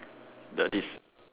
the this